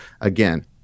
again